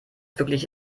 wirklich